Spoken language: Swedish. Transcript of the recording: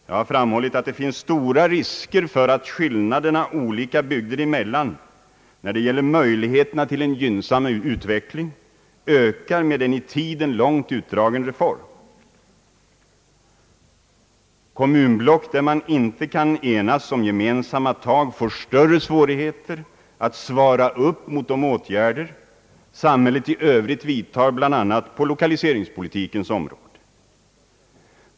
Jag har framhållit att det finns stora risker för att skillnaderna olika bygder emellan när det gäller möjligheterna till en gynnsam utveckling ökar med en i tiden långt utdragen reform. Kommunblock där man inte kan enas om gemensamma tag får större svårigheter att svara upp mot de åtgärder samhället i övrigt vidtar bland annat på lokaliseringspolitikens område.